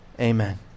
Amen